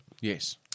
Yes